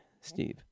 Steve